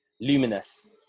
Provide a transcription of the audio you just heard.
Luminous